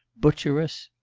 butcher us